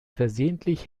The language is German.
versehentlich